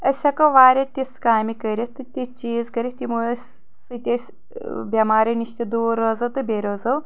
أسۍ ہٮ۪کو واریاہ تِژھ کامہِ کٔرتھ تہِ تِتھۍ چیٖز کٔرتھ تِمو سۭتۍ أس بٮ۪مارٮ۪ن نِش تہٕ دوٗر روزو تہٕ بیٚیہِ روزو